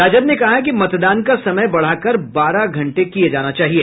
राजद ने कहा है कि मतदान का समय बढ़ाकर बारह घंटे किया जाना चाहिए